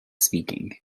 speaking